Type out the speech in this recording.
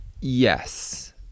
yes